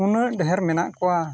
ᱩᱱᱟᱹᱜ ᱰᱷᱮᱨ ᱢᱮᱱᱟᱜ ᱠᱚᱣᱟ